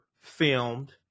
filmed